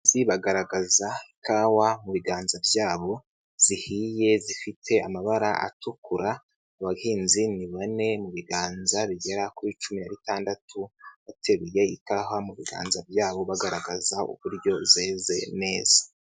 Bagaragaza ikawa mu biganza byabo zihiye zifite amabara atukura, abahinzi ni bane mu biganza bigera kuri cumi na bitandatu bateruye ikawa mu biganza byabo bagaragaza uburyo zeze neza.